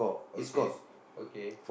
okay